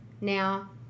now